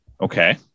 okay